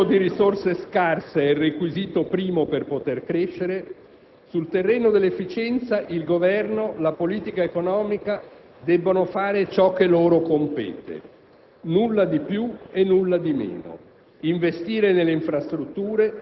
Sul terreno dell'efficienza - che in un mondo di risorse scarse è requisito primo per poter crescere - il Governo, la politica economica debbono fare ciò che loro compete: